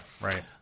right